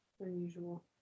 unusual